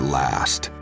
last